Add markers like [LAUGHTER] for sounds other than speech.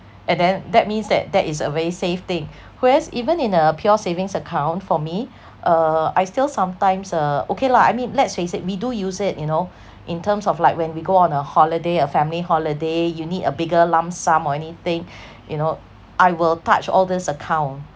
and then that means that that is a very safe thing whereas even in a pure savings account for me uh I still sometimes uh okay lah I mean let's face it we do use it you know in terms of like when we go on a holiday a family holiday you need a bigger lump sum or anything [BREATH] you know I will touch all these account